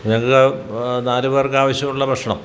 ഞങ്ങള്ക്ക് നാലു പേർക്കാവശ്യമുള്ള ഭക്ഷണം